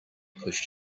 pushed